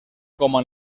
como